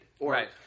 Right